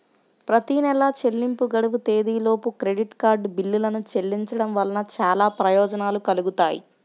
ప్రతి నెలా చెల్లింపు గడువు తేదీలోపు క్రెడిట్ కార్డ్ బిల్లులను చెల్లించడం వలన చాలా ప్రయోజనాలు కలుగుతాయి